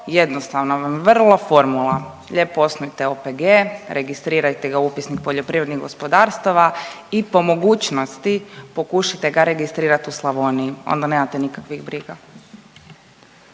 jednostavno vam je vrlo formula, lijepo osnujte OPG, registrirajte ga u Upisnik poljoprivrednih gospodarstava i po mogućnosti, pokušajte ga registrirati u Slavoniji. Onda nemate nikakvih briga.